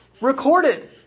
recorded